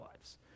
lives